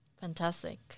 Fantastic